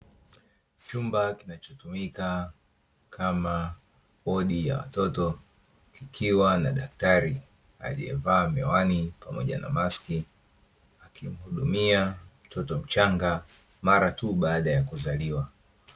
Chumba kinachotumika kama wodi ya watoto, ikiwa na daktari aliyevaa miwani pamoja na maski, akimhudumia mtoto mchanga mara tu baada ya kuzaliwa.